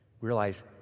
Realize